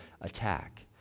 attack